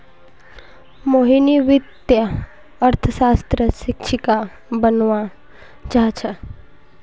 मोहिनी वित्तीय अर्थशास्त्रक शिक्षिका बनव्वा चाह छ